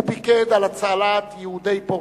הוא פיקד על הצלת יהודי פורט-סעיד,